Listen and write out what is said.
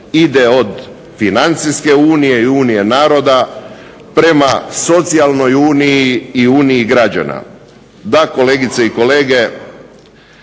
ide od financijske Unije i Unije naroda, prema socijalnoj Uniji i Uniji građana. Da, kolegice i kolege